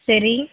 சரி